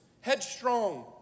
headstrong